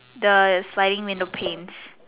the sliding window panes